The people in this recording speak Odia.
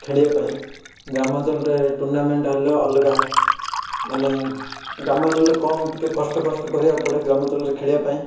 ଖେଳିବାପାଇଁ ଗ୍ରାମାଞ୍ଚଳରେ ଟୁର୍ଣ୍ଣାମେଣ୍ଟ୍ ହେଲେ ଅଲଗା ମାନେ ଗ୍ରାମାଞ୍ଚଳରେ କମ୍ ଟିକିଏ କଷ୍ଟ କଷ୍ଟ କରିବାକୁ ପଡ଼େ ଗ୍ରାମାଞ୍ଚଳରେ ଖେଳିବାପାଇଁ